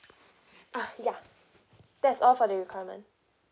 uh ya that's all for the requirement